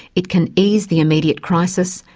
it can ease the immediate crisis,